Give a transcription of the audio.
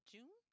June